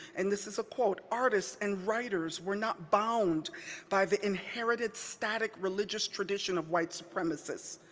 and this is a quote, artists and writers were not bound by the inherited static religious tradition of white supremacists.